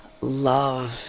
love